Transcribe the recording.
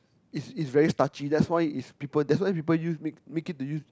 is is very starchy that's why is people that's why people use make make it to use